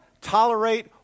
tolerate